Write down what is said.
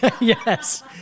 Yes